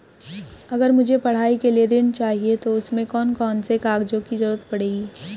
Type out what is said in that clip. अगर मुझे पढ़ाई के लिए ऋण चाहिए तो उसमें कौन कौन से कागजों की जरूरत पड़ेगी?